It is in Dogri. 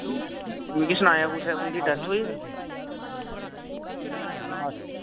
मिगी सनाया कुसै उं'दी डैथ होई दी